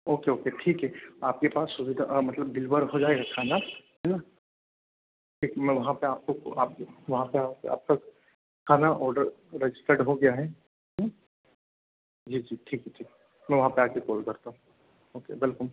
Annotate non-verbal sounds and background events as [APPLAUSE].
okay okay ठीक है आपके पास सुविधा मतलब डिलीवर हो जाएगा खाना है ना [UNINTELLIGIBLE] वहाँ पर मैं वहाँ पर आपका खाना ओडर रजिस्टर्ड हो गया है जी जी ठीक है ठीक है मैं वहाँ पर आकर कॉल करता हूँ ओके वेलकम